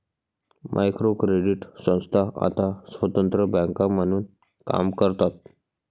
micro credit संस्था आता स्वतंत्र बँका म्हणून काम करतात